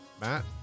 Matt